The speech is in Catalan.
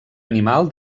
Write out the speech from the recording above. animal